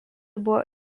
buvo